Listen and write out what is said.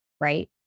right